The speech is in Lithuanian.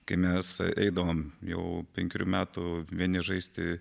kai mes eidavome jau penkerių metų vieni žaisti